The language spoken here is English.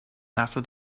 after